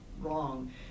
wrong